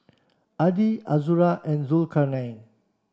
Adi Azura and Zulkarnain